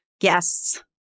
guests